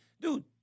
dude